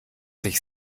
sich